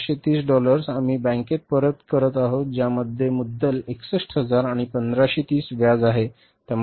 62530 dollars आम्ही बँकेत परत करत आहोत ज्यामध्ये मुद्दल 61000 आणि 1530 व्याज आहे